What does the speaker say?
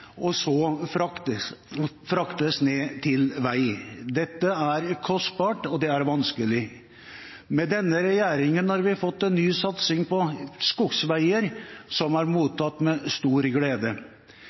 og så fraktes ned til vei. Dette er kostbart, og det er vanskelig. Med denne regjeringen har vi fått en ny satsing på skogsveier, som er